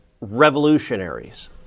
revolutionaries